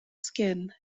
skin